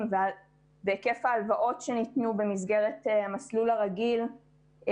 והיקף ההלוואות שניתנו במסגרת המסלול הרגיל,